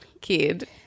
kid